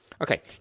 Okay